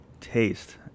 taste